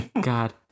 God